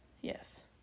Yes